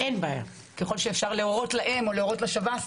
ככל שאפשר להורות להם או להורות לשב"ס,